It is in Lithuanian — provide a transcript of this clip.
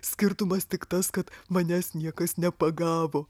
skirtumas tik tas kad manęs niekas nepagavo